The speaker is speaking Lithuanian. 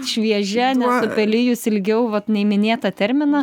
šviežia nesupelijusi ilgiau vat nei minėtą terminą